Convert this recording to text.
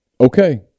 Okay